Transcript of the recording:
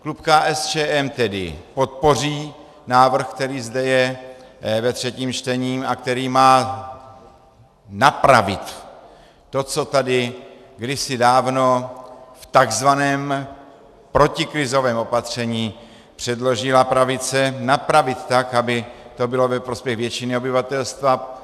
Klub KSČM tedy podpoří návrh, který zde je ve třetím čtení a který má napravit to, co tady kdysi dávno v tzv. protikrizovém opatření předložila pravice, napravit tak, aby to bylo ve prospěch většině obyvatelstva.